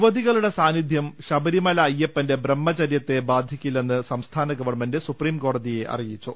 യുവതികളുടെ സാന്നിധ്യം ശബരിമല അയ്യപ്പന്റെ ബ്രഹ്മച ര്യത്തെ ബാധിക്കില്ലെന്ന് സംസ്ഥാന ഗവൺമെന്റ് സുപ്രീംകോട തിയെ അറിയിച്ചു